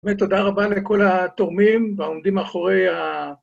באמת תודה רבה לכל התורמים והעומדים מאחורי ה...